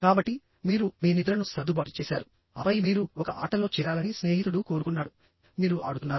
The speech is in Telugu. కాబట్టి మీరు మీ నిద్రను సర్దుబాటు చేసారు ఆపై మీరు ఒక ఆటలో చేరాలని స్నేహితుడు కోరుకున్నాడుమీరు ఆడుతున్నారు